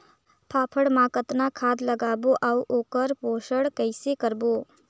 फाफण मा कतना खाद लगाबो अउ ओकर पोषण कइसे करबो?